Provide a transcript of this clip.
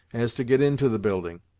as to get into the building.